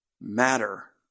matter